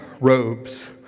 robes